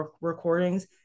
recordings